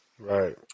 Right